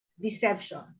Deception